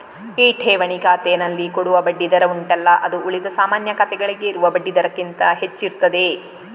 ಈ ಠೇವಣಿ ಖಾತೆನಲ್ಲಿ ಕೊಡುವ ಬಡ್ಡಿ ದರ ಉಂಟಲ್ಲ ಅದು ಉಳಿದ ಸಾಮಾನ್ಯ ಖಾತೆಗಳಿಗೆ ಇರುವ ಬಡ್ಡಿ ದರಕ್ಕಿಂತ ಹೆಚ್ಚಿರ್ತದೆ